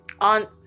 on